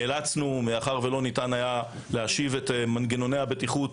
מאחר ולא ניתן היה להשיב את מנגנוני הבטיחות